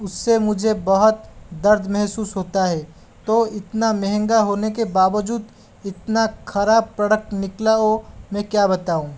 उस से मुझे बहुत दर्द महसूस होता है तो इतना महंगा होने के बावजूद इतना ख़राब प्रोडक्ट निकला वो मैं क्या बताऊँ